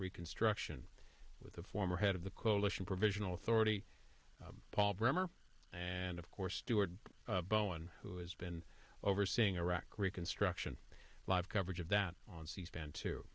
reconstruction with the former head of the coalition provisional authority paul bremer and of course stuart bowen who has been overseeing iraq reconstruction live coverage of that on c span t